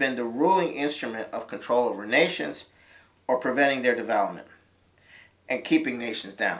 been the ruling instrument of control over nations or preventing their development and keeping nations down